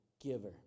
giver